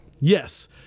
Yes